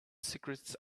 secrets